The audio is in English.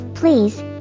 Please